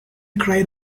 cried